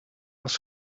was